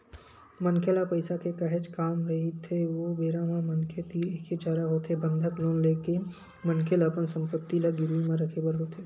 मनखे ल पइसा के काहेच काम रहिथे ओ बेरा म मनखे तीर एके चारा होथे बंधक लोन ले के मनखे ल अपन संपत्ति ल गिरवी म रखे बर होथे